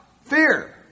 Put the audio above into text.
Fear